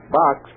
box